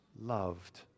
loved